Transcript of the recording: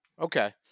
okay